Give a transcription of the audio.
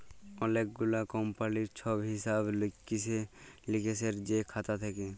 অলেক গুলা কমপালির ছব হিসেব লিকেসের যে খাতা থ্যাকে